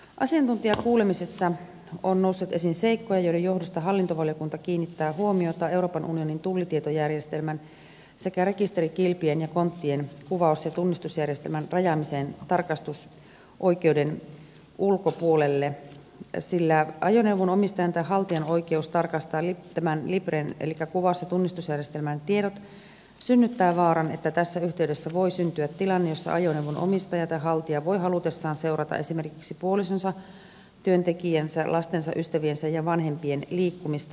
asiantuntijakuulemisessa on noussut esiin seikkoja joiden johdosta hallintovaliokunta kiinnittää huomiota euroopan unionin tullitietojärjestelmän sekä rekisterikilpien ja konttien kuvaus ja tunnistusjärjestelmän rajaamiseen tarkastusoikeuden ulkopuolelle sillä ajoneuvon omistajan tai haltijan oikeus tarkastaa tämän lipren elikkä kuvaus ja tunnistusjärjestelmän tiedot synnyttää vaaran että tässä yhteydessä voi syntyä tilanne jossa ajoneuvon omistaja tai haltija voi halutessaan seurata esimerkiksi puolisonsa työntekijänsä lastensa ystäviensä ja vanhempien liikkumista